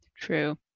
True